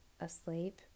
asleep